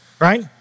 right